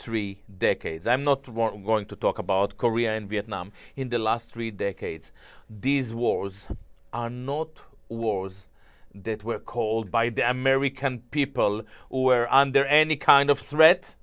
three decades i'm not one going to talk about korea and vietnam in the last three decades these wars are not wars that were called by the american people who are under any kind of threat